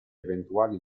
eventuali